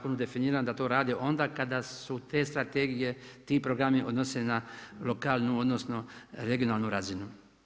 ovom definiran, da to rade onda kada se te strategije, ti programi odnose na lokalnu odnosno regionalnu razinu.